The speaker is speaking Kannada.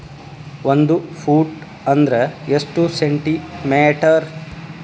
ಒಂದು ಫೂಟ್ ಅಂದ್ರ ಎಷ್ಟು ಸೆಂಟಿ ಮೇಟರ್?